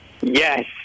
Yes